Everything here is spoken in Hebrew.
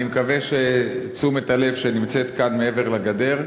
אני מקווה שתשומת הלב שנמצאת כאן מעבר לגדר,